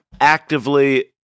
actively